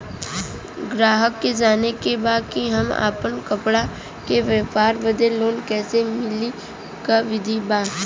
गराहक के जाने के बा कि हमे अपना कपड़ा के व्यापार बदे लोन कैसे मिली का विधि बा?